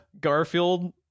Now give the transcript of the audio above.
Garfield